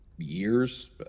years